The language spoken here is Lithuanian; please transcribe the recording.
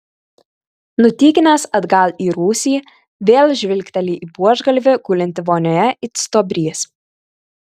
nutykinęs atgal į rūsį vėl žvilgteli į buožgalvį gulintį vonioje it stuobrys